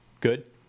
Good